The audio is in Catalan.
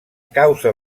causa